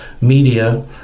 media